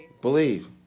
Believe